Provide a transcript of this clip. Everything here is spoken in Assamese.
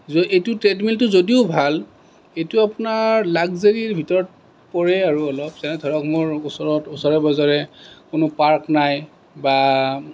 এইটো ট্ৰেডমিলটো যদিও ভাল এইটো আপোনাৰ লাকজাৰিৰ ভিতৰত পৰে আৰু অলপ যেনে ধৰক মোৰ ওচৰত ওচৰে পাজৰে কোনো পাৰ্ক নাই বা